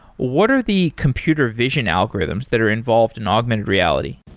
what are the computer vision algorithms that are involved in augmented reality?